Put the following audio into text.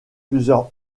plusieurs